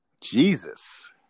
jesus